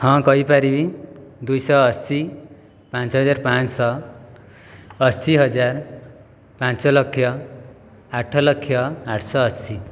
ହଁ କହିପାରିବି ଦୁଇଶହ ଅଶୀ ପାଞ୍ଚହଜାର ପାଞ୍ଚଶହ ଅଶୀ ହଜାର ପାଞ୍ଚଲକ୍ଷ ଆଠଲକ୍ଷ ଆଠଶହ ଅଶୀ